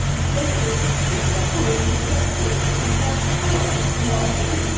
say it with me. it's a foot. it's a foot. it's a foot. what is it?